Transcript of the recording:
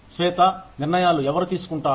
శ్వేత నిర్ణయాలు ఎవరు తీసుకుంటారు